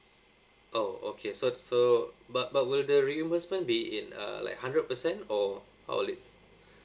oh okay so so but but will the reimbursement be in uh like hundred percent or how will it